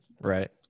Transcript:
Right